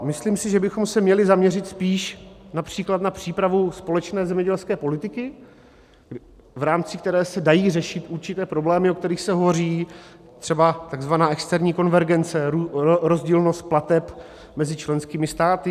Myslím si, že bychom se měli zaměřit spíš například na přípravu společné zemědělské politiky, v rámci které se dají řešit určité problémy, o kterých se hovoří, třeba takzvaná externí konvergence, rozdílnost plateb mezi členskými státy.